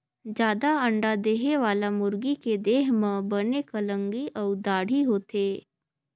जादा अंडा देहे वाला मुरगी के देह म बने कलंगी अउ दाड़ी होथे